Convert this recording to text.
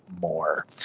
more